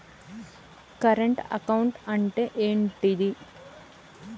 Current account అంటే ఏంటిది?